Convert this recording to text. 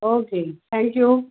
okay thank you